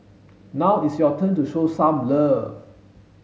now it's your turn to show some love